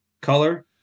color